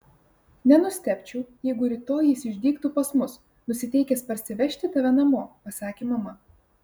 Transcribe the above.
nenustebčiau jeigu rytoj jis išdygtų pas mus nusiteikęs parsivežti tave namo pasakė mama